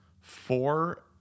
four